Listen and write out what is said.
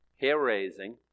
hair-raising